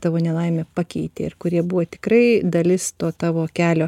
tavo nelaimė pakeitė ir kurie buvo tikrai dalis to tavo kelio